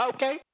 Okay